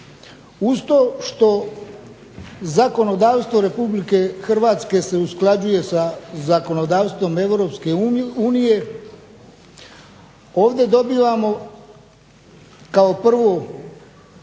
Uz to što zakonodavstvo Republike Hrvatske se usklađuje sa zakonodavstvom Europske unije ovdje dobivamo kao prvo